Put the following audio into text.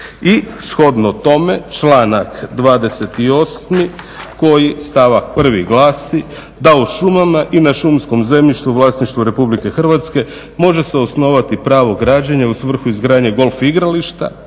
I shodno tome članak 28. koji stavak prvi glasi da o šumama i na šumskom zemljištu u vlasništvu Republike Hrvatske može se osnovati pravo građenja u svrhu izgradnje golf igrališta,